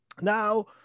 Now